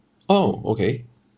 orh okay